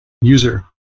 user